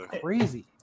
crazy